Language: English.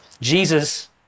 Jesus